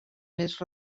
més